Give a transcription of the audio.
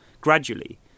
gradually